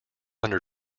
under